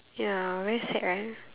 ya very sad right